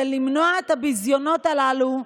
ולמנוע את הביזיונות הללו.